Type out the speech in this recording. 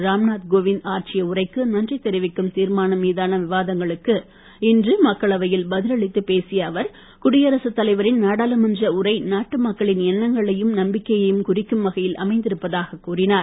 ராம்நாத்கோவிந்த் ஆற்றிய உரைக்கு நன்றி தெரிவிக்கும் தீர்மானம் மீதான விவாதங்களுக்கு இன்று மக்களவையில் பதில் அளித்து பேசிய அவர் குடியரசுத் தலைவரின் நாடாளுமன்ற உரை நாட்டு மக்களின் எண்ணங்களையும் நம்பிக்கைகளையும் குறிக்கும் வகையில் அமைந்திருந்ததாக கூறினார்